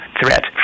threat